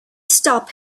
stop